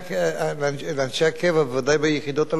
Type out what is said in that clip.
ודאי ביחידות הלוחמות,